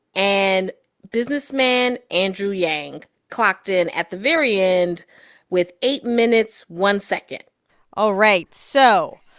and businessman andrew yang clocked in at the very end with eight minutes, one second all right. so,